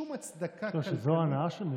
שום הצדקה כלכלית, אתה חושב שזו ההנעה שלו?